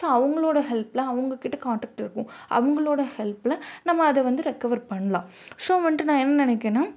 so அவங்களோட ஹெல்ப்ல அவங்கக்கிட்ட கான்டெக்ட் இருக்கும் அவங்களோட ஹெல்ப்ல நம்ம அதை வந்து ரெக்கவர் பண்ணலாம் ஸோ வந்துட்டு நான் என்ன நினைக்கிறேன்னா